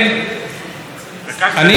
כשראש הממשלה בא לדבר,